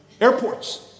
airports